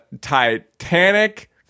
Titanic